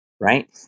right